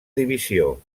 divisió